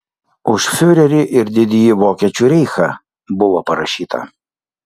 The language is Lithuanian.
už fiurerį ir didįjį vokiečių reichą buvo parašyta